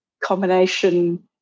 combination